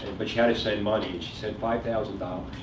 but she had to send money, and she said five thousand dollars,